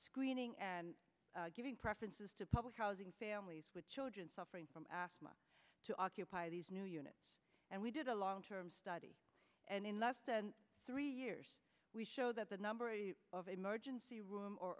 screening and giving preferences to public housing families with children suffering from asked to occupy these new units and we did a long term study and in less than three years we show that the number of emergency room or